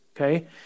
okay